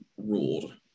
ruled